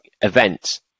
events